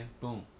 boom